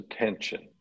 attention